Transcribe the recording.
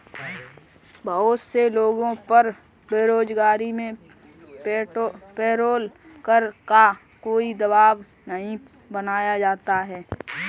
बहुत से लोगों पर बेरोजगारी में पेरोल कर का कोई दवाब नहीं बनाया जाता है